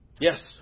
Yes